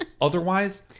otherwise